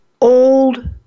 old